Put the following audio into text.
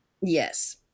Yes